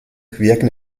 wirken